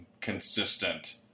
consistent